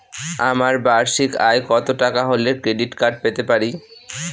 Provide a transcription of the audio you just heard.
আমার বার্ষিক আয় কত টাকা হলে ক্রেডিট কার্ড পেতে পারি?